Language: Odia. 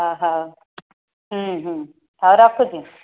ହେଉ ହେଉ ହୁଁ ହୁଁ ହେଉ ରଖୁଛି